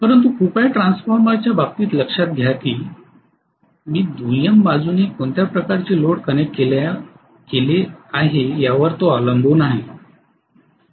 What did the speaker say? परंतु कृपया ट्रान्सफॉर्मरच्या बाबतीत लक्षात घ्या की मी दुय्यम बाजूने कोणत्या प्रकारचे लोड कनेक्ट केले यावर तो अवलंबून आहे